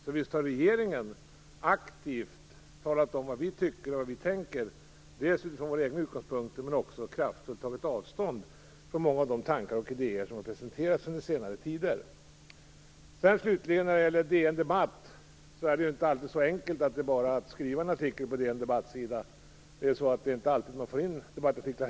Så visst har regeringen aktivt talat om vad vi tycker och tänker. Vi har dels gjort det utifrån våra egna utgångspunkter, dels också kraftfullt tagit avstånd från många av de tankar och idéer som har presenterats under senare tid. När det slutligen gäller DN debatt är det inte alltid så enkelt att det bara är att skriva en artikel på DN:s debattsida. Det är inte alltid man får in debattartiklar.